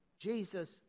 Jesus